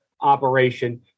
operation